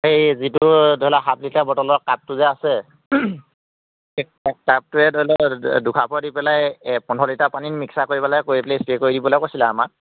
এই যিটো সাফ লিটাৰ বটলত কাপটো যে আছে সেই কাপটোৱে ধৰি লওক দুসাফৰ দি পেলাই ব লাগে দুসাফৰ দি পেলাই এই পোন্ধৰ লিটাৰ পানীত মিক্সাৰ কৰি পেলাই স্প্ৰে কৰি দিবলৈ কৈছিলে আমাক